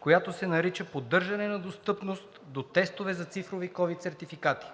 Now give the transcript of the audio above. която се нарича „Поддържане на достъпност до тестове за цифрови ковид сертификати“.